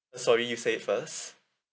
sorry you say first